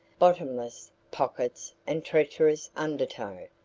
bottomless pockets and treacherous undertow.